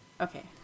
okay